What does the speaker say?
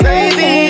Baby